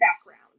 background